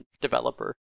developer